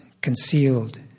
concealed